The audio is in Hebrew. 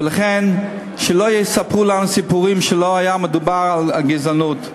ולכן, שלא יספרו לנו סיפורים שלא מדובר על גזענות.